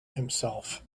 himself